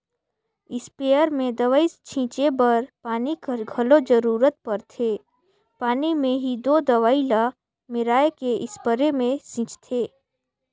sprayer में दवई छींचे बर पानी कर घलो जरूरत परथे पानी में ही दो दवई ल मेराए के इस्परे मे छींचथें